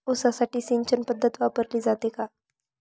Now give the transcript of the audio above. ऊसासाठी सिंचन पद्धत वापरली जाते का?